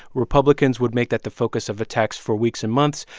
republicans would make that the focus of attacks for weeks and months.